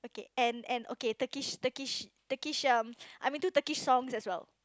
and and okay Turkish Turkish Turkish um I'm into Turkish songs as well